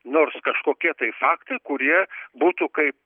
nors kažkokie tai faktai kurie būtų kaip